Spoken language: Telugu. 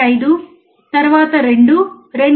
5 తరువాత 2 2